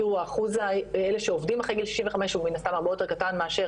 תראו אחוז האלה שעובדים אחרי גיל 65 הוא מן הסתם הרבה יותר קטן מאשר